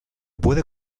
puede